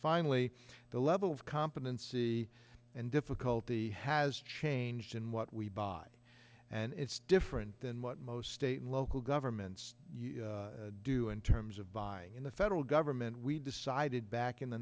finally the level of competency and difficulty has changed in what we buy and it's different than what most state and local governments do in terms of buying in the federal government we decided back in the